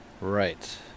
Right